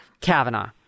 Kavanaugh